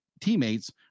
teammates